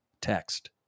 text